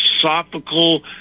philosophical